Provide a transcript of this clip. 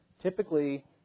Typically